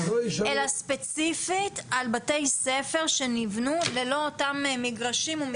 אלא ספציפית על בתי-ספר שנבנו ללא אותם מגרשים ומתקנים.